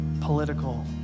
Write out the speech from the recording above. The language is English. political